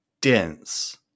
dense